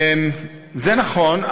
זה נכון,